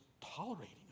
tolerating